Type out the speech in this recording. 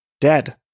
Dead